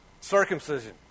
circumcision